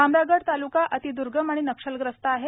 भामरागड तालुका अतिद्दर्गम आणि नक्षलग्रस्त आहे